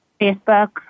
Facebook